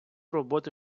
роботи